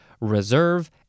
reserve